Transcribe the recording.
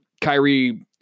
Kyrie